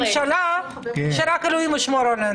בסופה יבוא: